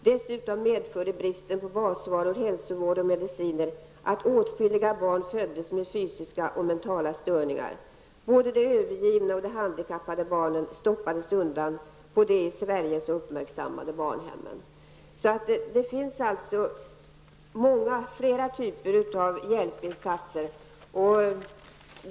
Dessutom medförde bristen på basvaror, hälsovård och mediciner att åtskilliga barn föddes med fysiska och mentala störningar. -- Både de övergivna och de handikappade barnen stoppades undan på de i Sverige så uppmärksammade barnhemmen.'' Det behövs flera olika typer av hjälpinsatser.